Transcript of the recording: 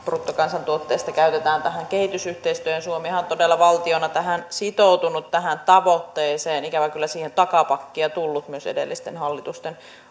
bruttokansantuotteesta käytetään tähän kehitysyhteistyöhön suomihan on todella valtiona sitoutunut tähän tavoitteeseen ikävä kyllä siihen on takapakkia tullut myös edellisten hallitusten